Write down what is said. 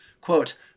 Quote